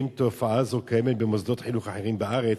2. האם תופעה זו קיימת במוסדות חינוך אחרים בארץ?